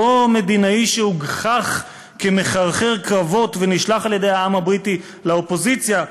אותו מדינאי שהוגחך כמחרחר קרבות ונשלח על-ידי העם הבריטי לאופוזיציה,